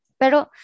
Pero